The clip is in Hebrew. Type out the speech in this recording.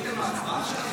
נתקבלה.